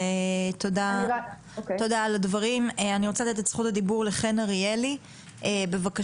אני רוצה לתת את זכות הדיבור לחן אריאלי, בבקשה.